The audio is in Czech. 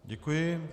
Děkuji.